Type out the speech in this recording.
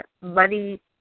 money